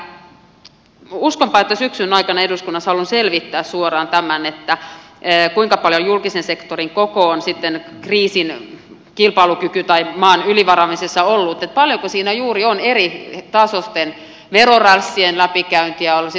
elikkä uskonpa että syksyn aikana eduskunnassa haluan selvittää suoraan tämän kuinka paljon julkisen sektorin koko on sitten kriisin kilpailukyvyn tai maan ylivelkaantumisen taustalla ollut ja paljonko siinä on eritasoisia verorälssejä siis kokonaan verottomien rikkaiden osuuden läpikäynti